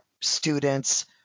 students